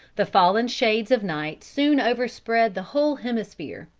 the fallen shades of night soon overspread the whole hemisphere,